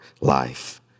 life